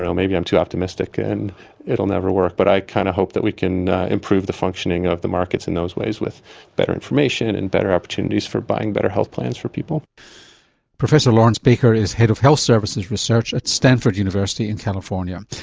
maybe i'm too optimistic and it will never work, but i kind of hope that we can improve the functioning of the markets in those ways with better information and better opportunities for buying better health plans for people professor laurence baker is head of health services research at stanford university in california.